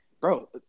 bro